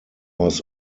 was